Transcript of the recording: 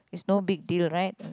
is no big deal right